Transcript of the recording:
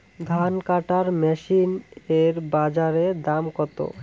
ধান কাটার মেশিন এর বাজারে দাম কতো?